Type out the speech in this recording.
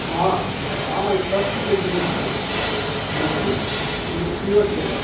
हँ हँ ई सबचीजके बिरिछ छै लिच्ची लिच्चिओ छै